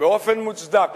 באופן מוצדק